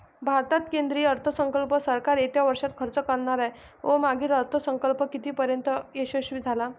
भारतात केंद्रीय अर्थसंकल्प सरकार येत्या वर्षात खर्च करणार आहे व मागील अर्थसंकल्प कितीपर्तयंत यशस्वी झाला